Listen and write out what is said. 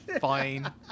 fine